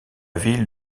ville